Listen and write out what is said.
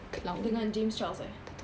dengan james charles eh